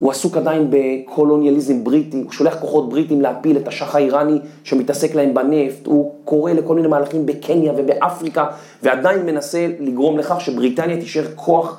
הוא עסוק עדיין בקולוניאליזם בריטי, הוא שולח כוחות בריטים להפיל את השאח' האיראני שמתעסק להם בנפט, הוא קורא לכל מיני מהלכים בקניה ובאפריקה, ועדיין מנסה לגרום לכך שבריטניה תשאר ככוח.